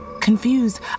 Confused